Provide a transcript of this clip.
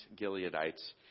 Gileadites